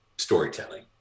storytelling